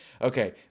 Okay